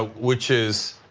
ah which is